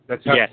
Yes